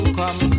come